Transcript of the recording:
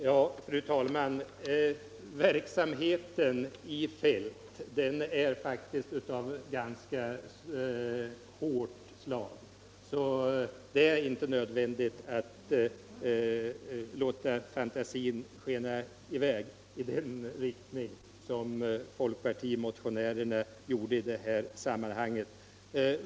Fru talman! Verksamheten i fält är faktiskt av ganska hårt slag, så det är inte nödvändigt att låta fantasin skena i väg i den riktning som folkpartimotionärerna låtit den göra i detta sammanhang.